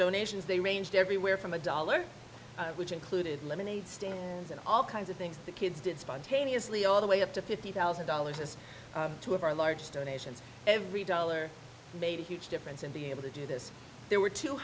donations they ranged everywhere from a dollar which included lemonade stand and all kinds of things the kids did spontaneously all the way up to fifty thousand dollars just two of our large donations every dollar made a huge difference in being able to do this there were two